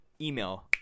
email